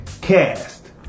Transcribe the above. cast